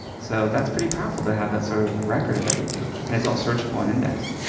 so that's pretty powerful to have that sort of record of everything. and it's all searchable and indexed.